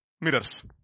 Mirrors